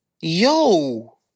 Yo